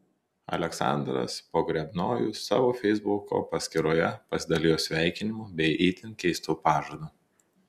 aleksandras pogrebnojus savo feisbuko paskyroje pasidalijo sveikinimu bei itin keistu pažadu